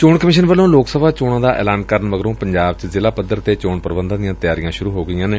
ਚੋਣ ਕਮਿਸ਼ਨ ਵੱਲੋਂ ਲੋਕ ਸਭਾ ਚੋਣਾਂ ਦਾ ਐਲਾਨ ਕਰਨ ਮਗਰੋਂ ਪੰਜਾਬ ਚ ਜ਼ਿਲ੍ਹਾ ਪੱਧਰ ਤੇ ਚੋਣ ਪ੍ਰਬੰਧਾਂ ਦੀਆਂ ਤਿਆਰੀਆਂ ਤੇਜ਼ ਹੋ ਗਈਆਂ ਨੇ